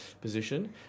position